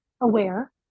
aware